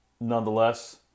nonetheless